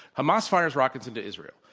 hamas fires rockets into israel,